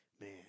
man